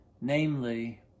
namely